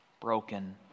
broken